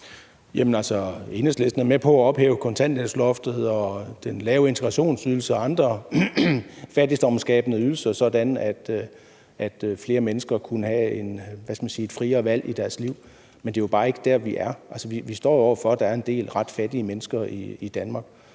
Enhedslisten er med på at ophæve kontanthjælpsloftet og den lave integrationsydelse og andre fattigdomsskabende ydelser, sådan at flere mennesker kunne have et, hvad skal man sige, friere valg i deres liv. Men det er jo bare ikke der, vi er. Vi står jo over for den situation, at der er en del ret fattige mennesker i Danmark.